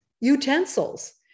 utensils